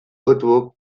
earthwork